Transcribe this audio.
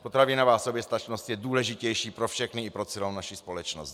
Potravinová soběstačnost je důležitější pro všechny, i pro celou naši společnost.